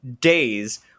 days